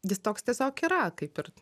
jis toks tiesiog yra kaip ir